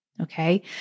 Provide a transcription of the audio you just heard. Okay